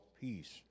peace